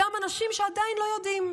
אותם אנשים שעדיין לא יודעים,